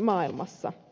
maailmassa